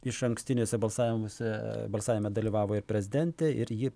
išankstiniuose balsavimuose balsavime dalyvavo ir prezidentė ir ji